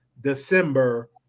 December